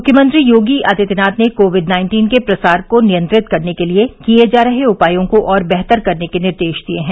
मुख्यमंत्री योगी आदित्यनाथ ने covid nineteen के प्रसार को नियंत्रित करने के लिए किए जा रहे उपायों को और बेहतर करने के निर्देश दिए हैं